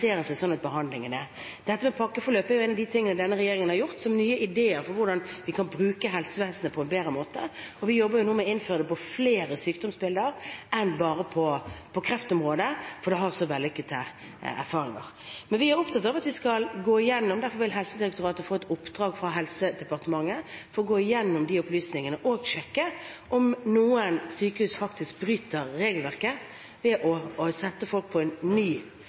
seg slik at behandlingen skjer. Pakkeforløp er en av de tingene denne regjeringen har gjennomført – ut fra nye ideer om hvordan man bruker helsevesenet på en bedre måte. Vi jobber nå med å innføre dette for flere sykdomsbilder, ikke bare på kreftområdet, for det har gitt så vellykkede erfaringer. Vi er opptatt av at man skal gå igjennom dette, derfor vil Helsedirektoratet få i oppdrag fra Helsedepartementet å gå igjennom opplysningene og sjekke om noen sykehus faktisk bryter regelverket ved å sette folk på en ny